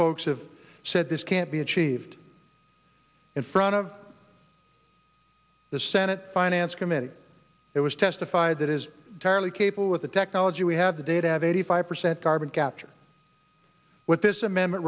folks of said this can't be achieved in front of the senate finance committee it was testified that is entirely capable with the technology we have the data have eighty five percent carbon capture what this amendment